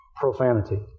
profanity